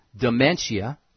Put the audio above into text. dementia